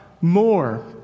more